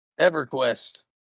EverQuest